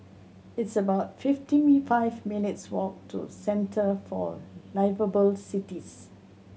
it's about fifty five minutes' walk to Centre for Liveable Cities